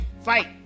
fight